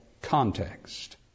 context